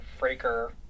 Fraker